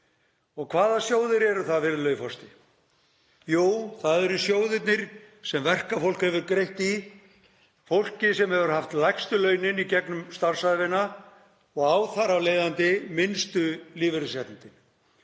Og hvaða sjóðir eru það, virðulegi forseti? Jú, það eru sjóðirnir sem verkafólk hefur greitt í, fólkið sem hefur haft lægstu launin í gegnum starfsævina og á þar af leiðandi minnstu lífeyrisréttindin.